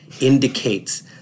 indicates